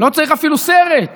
לא צריך אפילו סרט.